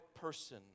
person